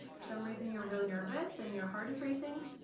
for some reason you're really nervous and your heart is racing?